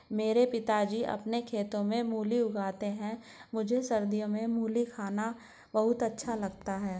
मेरे पिताजी अपने खेतों में मूली उगाते हैं मुझे सर्दियों में मूली खाना बहुत अच्छा लगता है